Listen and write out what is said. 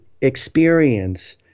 experience